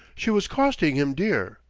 she was costing him dear,